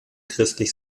christlich